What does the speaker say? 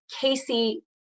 Casey